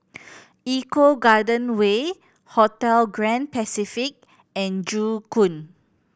Eco Garden Way Hotel Grand Pacific and Joo Koon